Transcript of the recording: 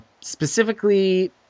specifically